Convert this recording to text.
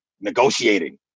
negotiating